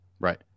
right